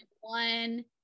one